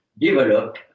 develop